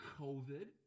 COVID